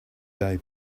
day